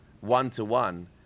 one-to-one